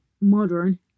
modern